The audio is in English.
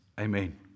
Amen